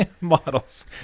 models